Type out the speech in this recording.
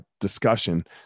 discussion